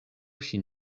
ŝin